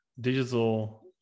digital